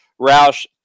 Roush